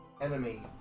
enemy